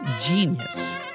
genius